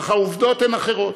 אך העובדות הן אחרות.